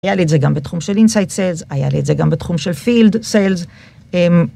היה לי את זה גם בתחום של inside sales, היה לי את זה גם בתחום של field sales.